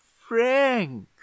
Frank